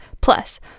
Plus